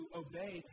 obey